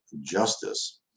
justice